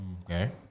Okay